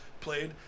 played